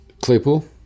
Claypool